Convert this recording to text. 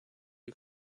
you